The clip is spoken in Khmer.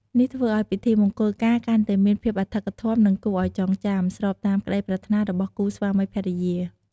នេះធ្វើឲ្យពិធីមង្គលការកាន់តែមានភាពអធិកអធម និងគួរឲ្យចងចាំ ស្របតាមក្តីប្រាថ្នារបស់គូស្វាមីភរិយា។